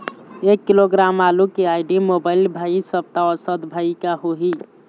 एक किलोग्राम आलू के आईडी, मोबाइल, भाई सप्ता औसत भाव का होही?